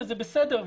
וזה בסדר,